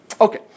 Okay